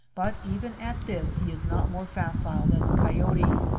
but even at this he is not more facile than the coyote.